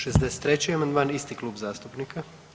63. amandman isti klub zastupnika.